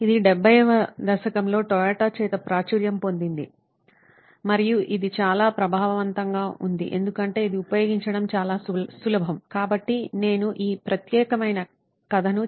ఇది 70 వ దశకంలో టయోటా చేత ప్రాచుర్యం పొందింది మరియు ఇది చాలా ప్రభావవంతంగా ఉంది ఎందుకంటే ఇది ఉపయోగించడం చాలా సులభం కాబట్టి నేను ఈ ప్రత్యేకమైన కథను చెప్తాను